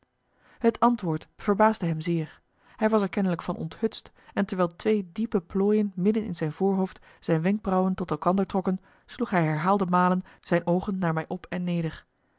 het antwoord verbaasde hem zeer hij was er kennelijk van onthutst en terwijl twee diepe plooien midden in zijn voorhoofd zijn wenkbrauwen tot elkander trokken sloeg hij herhaalde malen zijn oogen naar mij op en neder